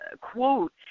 quote